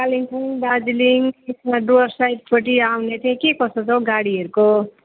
कालिम्पोङ दार्जिलिङ यता डुवर्स साइडपट्टि आउने चाहिँ के कसो छ हौ गाडीहरूको